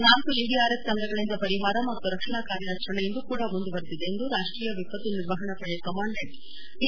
ನಾಲ್ಲು ಎನ್ಡಿಆರ್ಎಫ್ ತಂಡಗಳಿಂದ ಪರಿಹಾರ ಮತ್ತು ರಕ್ಷಣ ಕಾರ್ಯಚರಣೆ ಇಂದು ಕೂಡ ಮುಂದುವರೆದಿದೆ ಎಂದು ರಾಷ್ಷೀಯ ವಿಪ್ಪತ್ತು ನಿರ್ವಹಣಾ ಪಡೆಯ ಕಮಾಂಡೆಂಟ್ ಪಿ